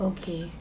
Okay